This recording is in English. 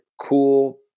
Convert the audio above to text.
cool